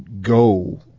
go